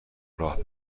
راه